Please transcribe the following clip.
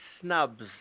snubs